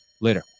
Later